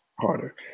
harder